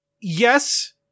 Yes